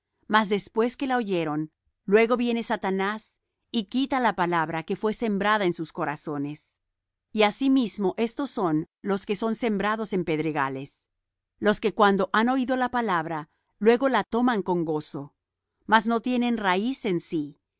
mas después que la oyeron luego viene satanás y quita la palabra que fué sembrada en sus corazones y asimismo éstos son los que son sembrados en pedregales los que cuando han oído la palabra luego la toman con gozo mas no tienen raíz en sí